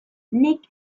nik